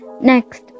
Next